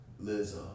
Liza